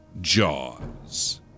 Jaws